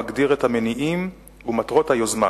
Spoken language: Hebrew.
המגדיר את המניעים ואת מטרות היוזמה.